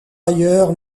ailleurs